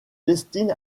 destine